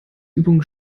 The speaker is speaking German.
übung